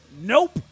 Nope